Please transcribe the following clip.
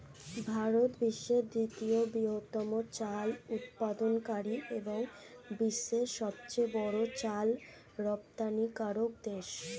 ভারত বিশ্বের দ্বিতীয় বৃহত্তম চাল উৎপাদনকারী এবং বিশ্বের সবচেয়ে বড় চাল রপ্তানিকারক দেশ